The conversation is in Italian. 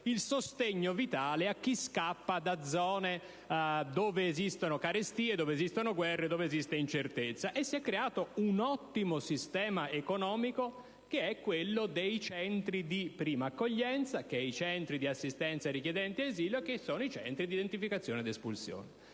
il sostegno vitale a chi scappa da zone colpite da carestie, guerre e incertezze. Si è creato un ottimo sistema economico, quello dei Centri di prima accoglienza, dei Centri di accoglienza ai richiedenti asilo, dei Centri di identificazione ed espulsione.